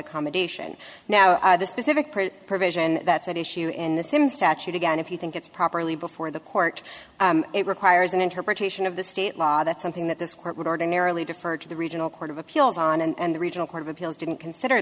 accommodation now the specific provision that's at issue in the same statute again if you think it's properly before the court it requires an interpretation of the state law that something that this court would ordinarily defer to the regional court of appeals on and the regional court of appeals didn't consider